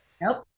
Nope